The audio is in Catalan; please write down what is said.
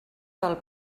del